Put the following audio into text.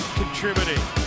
contributing